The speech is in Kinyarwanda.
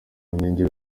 nkengero